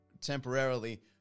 temporarily